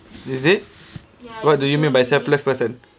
is it what do you mean by selfless person